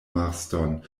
marston